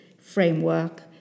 framework